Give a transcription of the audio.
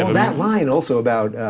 um that line, also about,